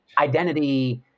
identity